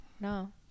No